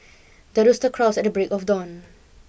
the rooster crows at the break of dawn